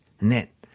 net